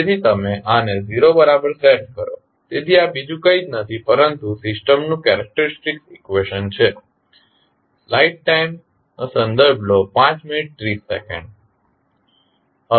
તેથી તમે આને 0 બરાબર સેટ કરો તેથી આ બીજું કંઇ જ નથી પરંતુ સિસ્ટમનું કેરેક્ટેરીસ્ટીક ઇકવેશન છે